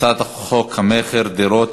הצעת חוק המכר (דירות)